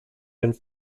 and